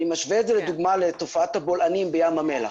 אני משווה את זה לדוגמא לתופעת הבולענים בים המלח.